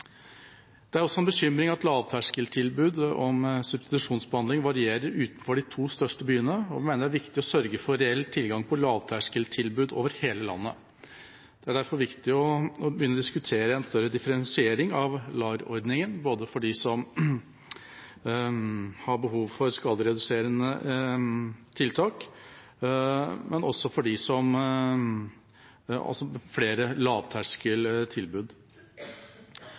Det er også en bekymring at lavterskeltilbud om substitusjonsbehandling varierer utenfor de to største byene, og vi mener det er viktig å sørge for reell tilgang på lavterskeltilbud over hele landet. Det er derfor viktig å begynne å diskutere en større differensiering av LAR-ordningen både for dem som har behov for skadereduserende tiltak, og også for flere lavterskeltilbud. Vi mener også at det er behov for kontroll med